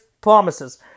promises